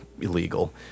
illegal